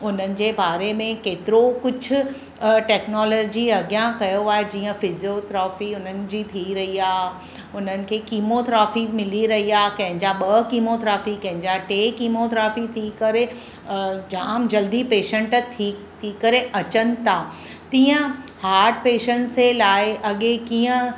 उन्हनि जे बारे में केतिरो कुझु टैक्नोलॉजी अॻियां कयो आहे जीअं फिज़ियोथ्रोफी उन्हनि जी थी रही आहे उन्हनि जी थी रही आहे उन्हनि खे किमोथ्रोफी मिली रही आहे कंहिंजा ॿ किमोथ्राफी कंहिंजा टे किमोथ्राफी थी करे जामु जल्दी पेशेंट थी थी करे अचनि था तीअं हार्ट पेशेंट्स से लाइ अॻे कीअं